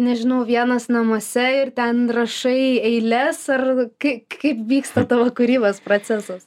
nežinau vienas namuose ir ten rašai eiles ar kai kaip vyksta tavo kūrybos procesas